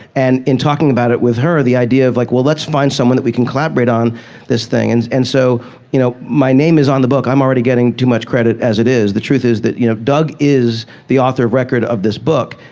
and in talking about it with her, the idea of like, let's find someone that we can collaborate on this thing. and and so you know my name is on the book. i'm already getting too much credit as it is. the truth is that you know doug is the author of record of this book.